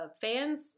fans